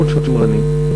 מאוד שמרני.